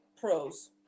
pros